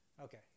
Okay